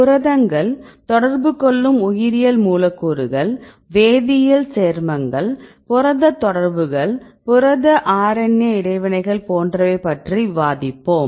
புரதங்கள் தொடர்பு கொள்ளும் உயிரியல் மூலக்கூறுகள் வேதியியல் சேர்மங்கள் புரத தொடர்புகள் புரத RNA இடைவினைகள் போன்றவை பற்றி விவாதிப்போம்